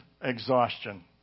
exhaustion